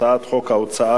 הצעת חוק לייעול